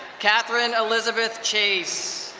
katherine elizabeth chase.